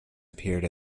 appeared